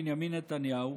בנימין נתניהו.